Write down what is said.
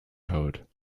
code